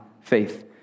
faith